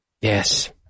Yes